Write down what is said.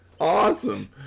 Awesome